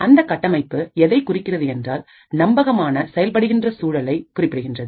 அந்த கட்டமைப்பு எதை குறிக்கிறது என்றால் நம்பகமான செயல்படுகின்ற சூழலை குறிப்பிடுகின்றது